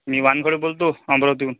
मी वानखेडे बोलतो अमरावतीहून